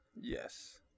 Yes